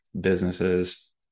businesses